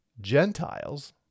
Gentiles